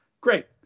Great